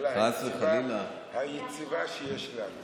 לממשלה היציבה שיש לנו.